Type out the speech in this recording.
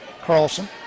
Carlson